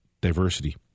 diversity